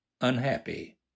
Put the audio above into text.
unhappy